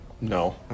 no